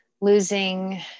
losing